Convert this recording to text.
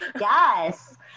Yes